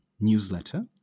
newsletter